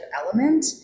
element